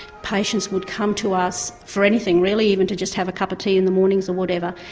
patients would come to us for anything really even to just have a cup of tea in the mornings or whatever,